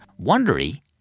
Wondery